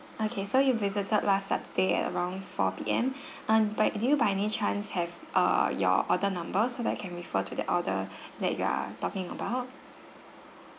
okay so you visited last saturday at around four P_M uh by do you by any chance have err your order number so that I can refer to the order that you are talking about